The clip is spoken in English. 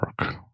work